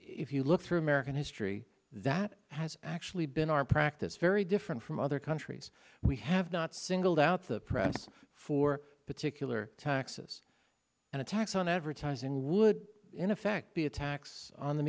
if you look through american history that has actually been our practice very different from other countries we have not singled out the press for particular taxes and a tax on advertising would in effect be a tax on the